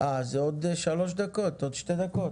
זה עוד שלוש-שתי דקות.